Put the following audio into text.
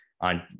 on